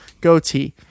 goatee